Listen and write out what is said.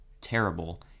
terrible